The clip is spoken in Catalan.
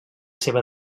seva